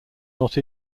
not